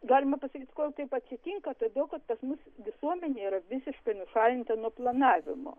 galima pasakyti kol taip atsitinka todėl kad tas mūsų visuomenė yra visiškai nušalinta nuo planavimo